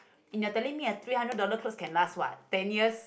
and you telling me a three hundred dollars clothes can last what ten years